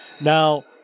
Now